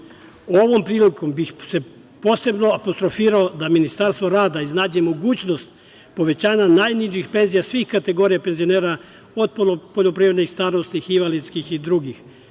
prilikom bih posebno apostrofirao da ministarstvo rada iznađe mogućnost povećanja najnižih penzija svih kategorija penzionera od poljoprivrednih, starosnih, invalidskih i drugih.